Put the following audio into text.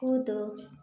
कूदो